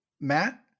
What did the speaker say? matt